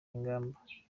ingamba